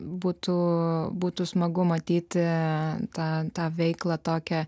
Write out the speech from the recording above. būtų būtų smagu matyti tą veiklą tokią